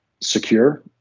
secure